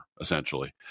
essentially